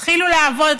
תתחילו לעבוד.